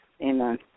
Amen